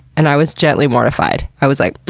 and i was gently mortified. i was like,